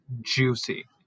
juicy